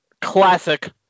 classic